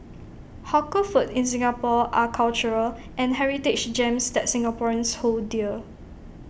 hawker food in Singapore are cultural and heritage gems that Singaporeans hold dear